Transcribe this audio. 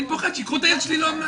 אני פוחד שייקחו את הילד שלי לאומנה.